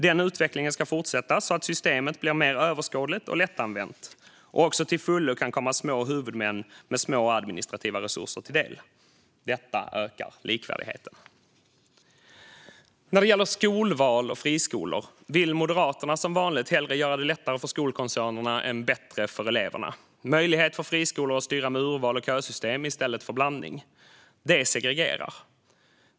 Den utvecklingen ska fortsätta så att systemet blir mer överskådligt och lättanvänt och också till fullo kan komma små huvudmän med små administrativa resurser till del. Detta ökar likvärdigheten. När det gäller skolval och friskolor vill Moderaterna som vanligt hellre göra det lättare för skolkoncernerna än bättre för eleverna. Möjlighet för friskolor att styra med hjälp av urval och kösystem i stället för att ha en blandning segregerar.